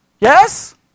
Yes